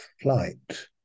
flight